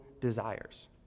desires